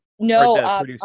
No